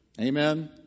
Amen